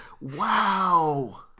Wow